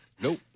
nope